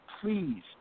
please